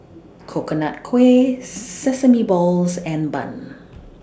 Coconut Kuih Sesame Balls and Bun